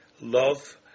love